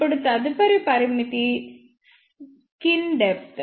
ఇప్పుడు తదుపరి పరిమితి స్కిన్ డెప్త్